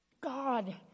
God